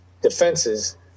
defenses